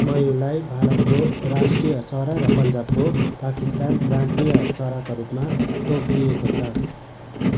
मयूरलाई भारतको राष्ट्रिय चरा र पञ्जाबको पाकिस्तान प्रान्तीय चराका रूपमा तोकिएको छ